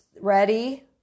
ready